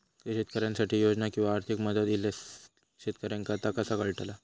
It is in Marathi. शेतकऱ्यांसाठी योजना किंवा आर्थिक मदत इल्यास शेतकऱ्यांका ता कसा कळतला?